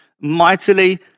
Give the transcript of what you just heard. mightily